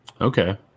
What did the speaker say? Okay